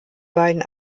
beiden